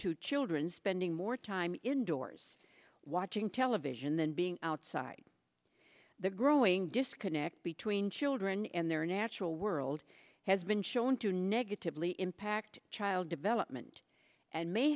to children spending more time indoors watching television than being outside the growing disconnect between children and their natural world has been shown to negatively impact child development and may